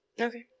Okay